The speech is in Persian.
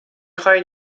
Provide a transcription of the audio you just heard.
خواهید